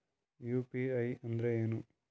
UPI ಅಂದ್ರೆ ಏನು?